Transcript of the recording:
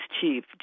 Chief